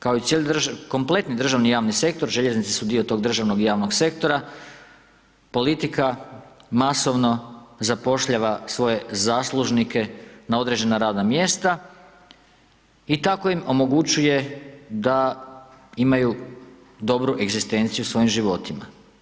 Kao i cijeli kompletni državni javni sektor, željeznice su dio tog državnog i javnog sektora, politika masovno zapošljava svoje zaslužnike na određena radna mjesta i tako im omogućuje da imaju dobru egzistenciju u svojim životima.